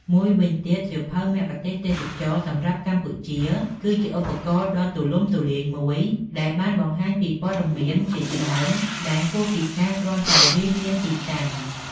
មួយវិញទៀតសៀវភៅមគ្គុទ្ទេសក៍ទេសចរណ៍សម្រាប់កម្ពុជាគឺជាឧបករណ៍ដ៏ទូលំទូលាយមួយ ដែលបានបង្ហាញពីព័ត៌មានជាច្រើនដែលហួសពីការគ្រាន់តែរាយនាមទីតាំង។